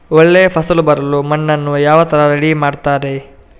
ಒಳ್ಳೆ ಫಸಲು ಬರಲು ಮಣ್ಣನ್ನು ಯಾವ ತರ ರೆಡಿ ಮಾಡ್ತಾರೆ?